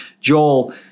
Joel